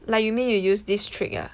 like you mean you use this trick ah